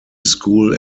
school